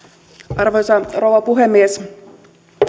arvoisa rouva puhemies